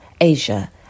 Asia